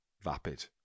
vapid